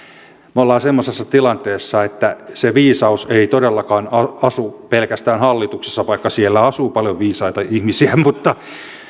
me olemme semmoisessa tilanteessa että se viisaus ei todellakaan asu pelkästään hallituksessa vaikka siellä asuu paljon viisaita ihmisiä